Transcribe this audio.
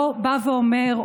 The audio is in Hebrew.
לא "בא ואומר",